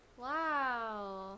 wow